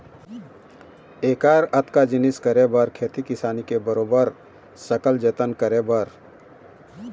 ऐकर अतका जिनिस करे बर खेती किसानी के बरोबर सकल जतन करे बर